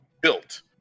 built